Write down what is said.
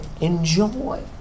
Enjoy